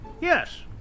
Yes